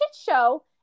show